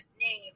name